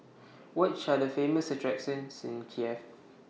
Which Are The Famous attractions in Kiev